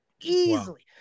Easily